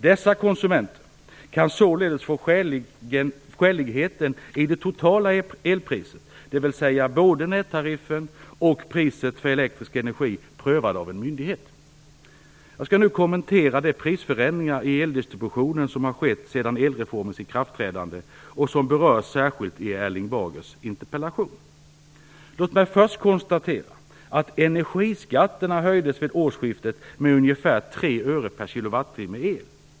Dessa konsumenter kan således få skäligheten i det totala elpriset, dvs. både nättariffen och priset för elektrisk energi, prövad av en myndighet. Jag skall nu kommentera de prisförändringar i eldistributionen som har skett sedan elreformens ikraftträdande och som berörs särskilt i Erling Bagers interpellation. Låt mig först konstatera att energiskatterna höjdes vid årsskiftet med ungefär 3 öre per kWh el.